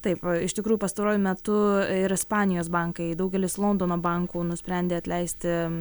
taip iš tikrųjų pastaruoju metu ir ispanijos bankai daugelis londono bankų nusprendė atleisti